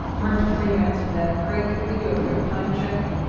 mark, before you answer that, greg, could we do a quick time check?